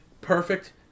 perfect